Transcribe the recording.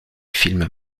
film